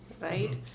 right